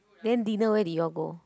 then dinner where did you all go